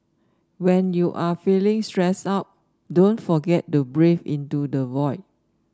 when you are feeling stressed out don't forget to breathe into the void